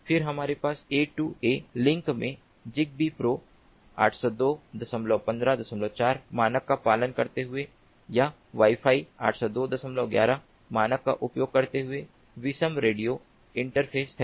फिर हमारे पास ए टु ए लिंक में जिग्बी प्रो 802154 मानक का पालन करते हुए या वाई फाई 80211 मानक का उपयोग करते हुए विषम रेडियो इंटरफेस है